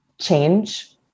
change